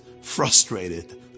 frustrated